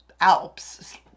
Alps